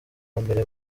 mbere